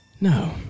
No